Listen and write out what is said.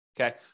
Okay